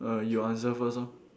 uh you answer first lor